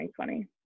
2020